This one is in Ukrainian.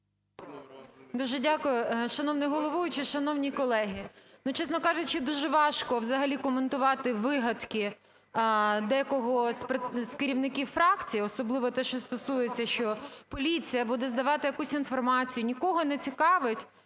Дуже дякую. Шановний головуючий! Шановні колеги! Ну, чесно кажучи, дуже важко взагалі коментувати вигадки декого з керівників фракцій, особливо те, що стосується, що поліція буде здавати якусь інформацію, нікого не цікавить